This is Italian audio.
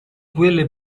quelle